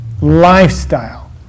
lifestyle